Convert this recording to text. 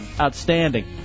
outstanding